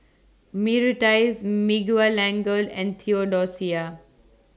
Myrtice Miguelangel and Theodosia